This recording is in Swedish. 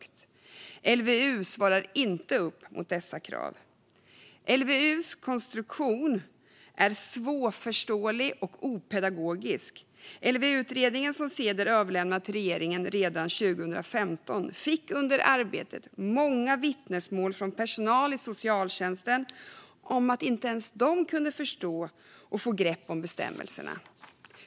LVU svarar inte upp mot dessa krav. LVU:s konstruktion är svårförståelig och opedagogisk. Under arbetet med den LVU-utredning som Ceder överlämnade till regeringen redan 2015 kom många vittnesmål från personal i socialtjänsten om att inte ens de kunde förstå och få grepp om bestämmelserna.